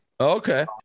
Okay